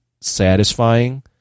satisfying